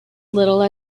little